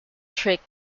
trick